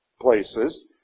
places